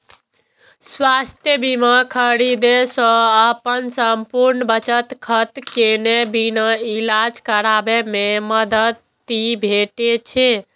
स्वास्थ्य बीमा खरीदै सं अपन संपूर्ण बचत खर्च केने बिना इलाज कराबै मे मदति भेटै छै